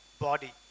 body